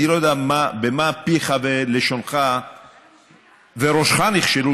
אני לא יודע במה פיך ולשונך וראשך נכשלו